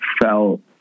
felt